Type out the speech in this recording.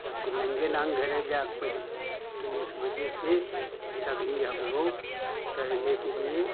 और फिर नंगे ला घरे जाकर पहिरे तो इस वजह से तभी हम लोग तैरने के लिए